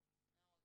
מאוד.